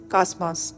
Cosmos